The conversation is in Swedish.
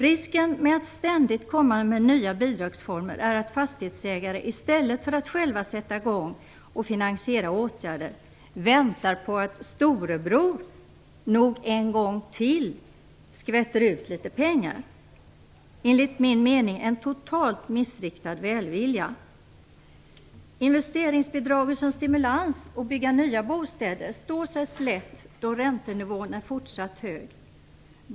Risken med att ständigt komma med nya bidragsformer är att fastighetsägare i stället för att själva sätta i gång med att finansiera åtgärder väntar på att storebror nog en gång till skvätter ut litet pengar - enligt min mening en totalt missriktad välvilja. Investeringsbidraget som stimulans att bygga nya bostäder står sig slätt då räntenivån är fortsatt hög.